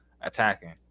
attacking